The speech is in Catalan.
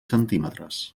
centímetres